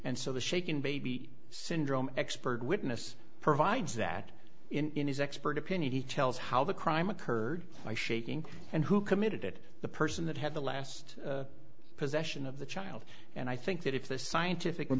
and so the shaken baby syndrome expert witness provides that in his expert opinion he tells how the crime occurred by shaking and who committed it the person that had the last possession of the child and i think that if the scientific w